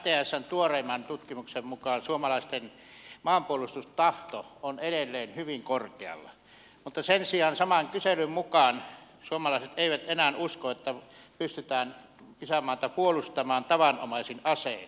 mtsn tuoreimman tutkimuksen mukaan suomalaisten maanpuolustustahto on edelleen hyvin korkealla mutta sen sijaan saman kyselyn mukaan suomalaiset eivät enää usko että pystytään isänmaata puolustamaan tavanomaisin asein